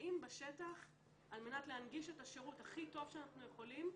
התנאים בשטח על מנת להנגיש את השירות הכי טוב שאנחנו יכולים,